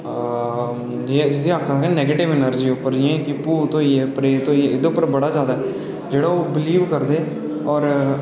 आ जियां आक्खना में कि नैगेटिव एनर्जी उप्पर जि'यां कि भूत होई गे प्रेत होई गे एह्दे पर बड़ा जादा जेह्ड़े ओह् बिलीव करदे होर